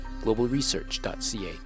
globalresearch.ca